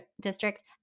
district